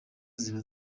ziba